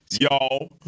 Y'all